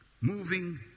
Moving